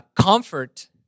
comfort